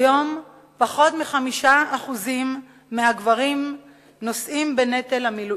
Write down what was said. כיום פחות מ-5% מהגברים נושאים בנטל המילואים.